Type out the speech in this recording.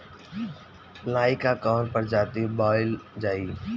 लाही की कवन प्रजाति बोअल जाई?